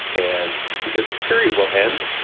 and because this period will end.